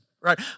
right